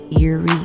eerie